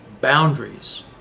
boundaries